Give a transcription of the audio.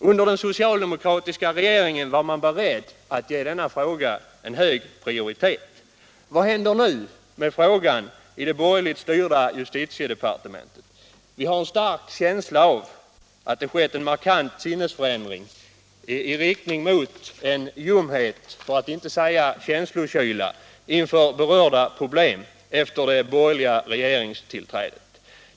Under den socialdemokratiska regeringen var man beredd att ge denna fråga hög prioritet. Vad händer nu med frågan i det borgerligt styrda justitiedepartementet? Vi har en stark känsla av att det skett en markant sinnesförändring i riktning mot en ljumhet, för att inte säga känslokyla, inför berörda problem efter det borgerliga regeringstillträdet.